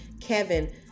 Kevin